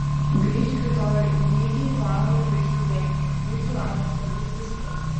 grįžk rytoj lygiai valandą prieš saulėlydį mūsų laukia svarbus vizitas